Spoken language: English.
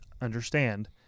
understand